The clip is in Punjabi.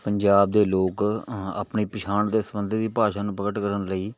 ਪੰਜਾਬ ਦੇ ਲੋਕ ਆਪਣੀ ਪਛਾਣ ਦੇ ਸਬੰਧੀ ਦੀ ਭਾਸ਼ਾ ਨੂੰ ਪ੍ਰਗਟ ਕਰਨ ਲਈ